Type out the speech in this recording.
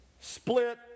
split